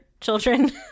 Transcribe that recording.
children